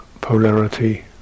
polarity